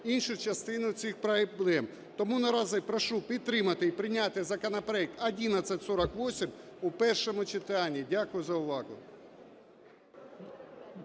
іншу частину цих проблем. Тому наразі прошу підтримати і прийняти законопроект 1148 у першому читанні. Дякую за увагу.